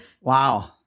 Wow